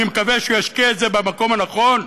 אני מקווה שהוא ישקיע את זה במקום הנכון.